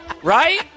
Right